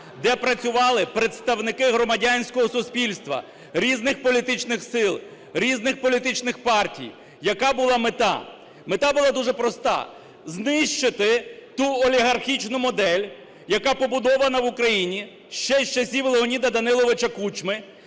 де працювали представники громадянського суспільства ,різних політичних сил, різних політичних партій. Яка була мета? Мета була дуже проста - знищити ту олігархічну модель, яка побудована в Україні ще з часів Леоніда Даниловича Кучми,